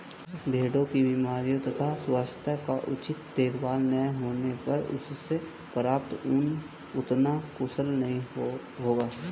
भेड़ों की बीमारियों तथा स्वास्थ्य का उचित देखभाल न होने पर उनसे प्राप्त ऊन उतना कुशल नहीं होगा